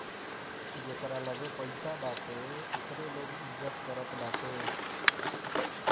जेकरा लगे पईसा बाटे ओकरे लोग इज्जत करत बाटे